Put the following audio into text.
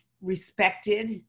respected